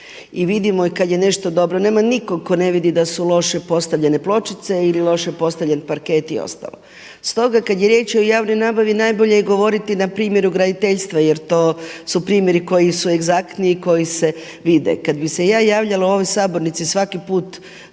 I vidimo kada je nešto dobro. Nema nikoga tko ne vidi da su loše postavljene pločice ili loše postavljen parket i ostalo. Stoga kada je riječ o javnoj nabavi najbolje je govoriti na primjeru graditeljstva jer to su primjeri koji su egzaktni i koji se vide. Kada bi se ja javljala u ovoj sabornici svaki put